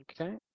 okay